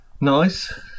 nice